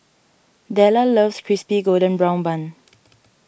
Della loves Crispy Golden Brown Bun